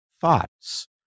thoughts